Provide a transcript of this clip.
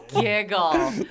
giggle